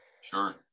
Sure